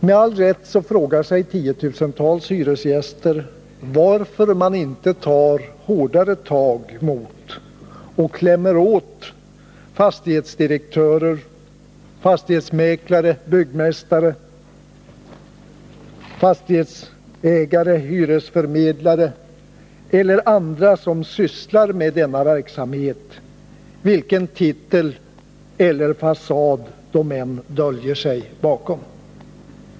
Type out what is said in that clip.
Med all rätt frågar sig tiotusentals hyresgäster varför man inte tar hårdare tag mot — och klämmer åt — fastighetsdirektörer, fastighetsmäklare, byggmästare, fastighetsägare, hyresförmedlare eller andra som sysslar med denna verksamhet, vilken titel eller fasad de än döljer sig bakom.